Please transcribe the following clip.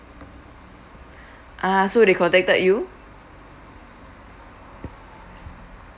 ah so they contacted you